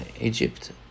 Egypt